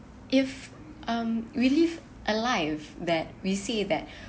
if um relief a life that we see that